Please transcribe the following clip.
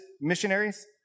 missionaries